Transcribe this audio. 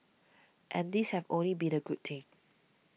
and these have only been a good thing